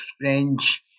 French